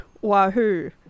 wahoo